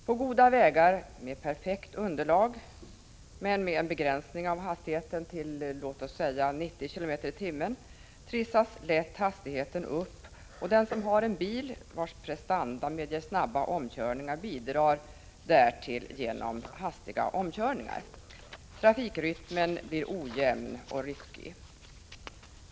På goda vägar med perfekt underlag men med en begränsning av hastigheten till låt oss säga 90 km/tim trissas lätt hastigheten upp, och en bil vars prestanda medger snabba omkörningar bidrar därigenom till hastiga omkörningar. Trafikrytmen blir ojämn och ryckig.